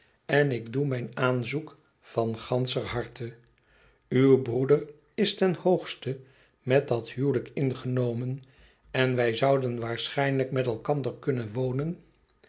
en ik doe mijn aanzoek van ganscher harte uw broeder is ten hoogste tnet dat huwelijk ingenomen en wij zouden waarschijnlijk met elkander kunnen wonen